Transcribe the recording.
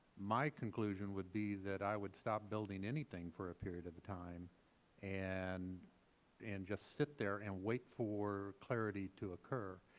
my conclusion would be that i would stop building anything for a period of time and and just sit there and wait for clarity to occur.